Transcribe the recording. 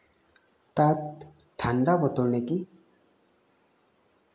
তাত ঠাণ্ডা বতৰ নেকি